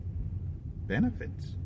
benefits